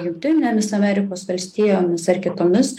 jungtinėmis amerikos valstijomis ar kitomis